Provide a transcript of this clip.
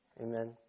Amen